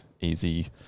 easy